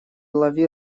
лови